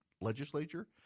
legislature